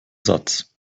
satz